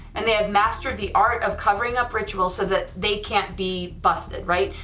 and they have mastered the art of covering up rituals, so that they can't be busted right,